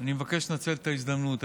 אני מבקש לנצל את ההזדמנות,